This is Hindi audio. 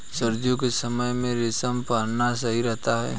सर्दियों के समय में रेशम पहनना सही रहता है